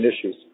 issues